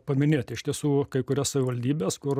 paminėt iš tiesų kai kurias savivaldybes kur